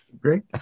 Great